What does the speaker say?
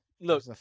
Look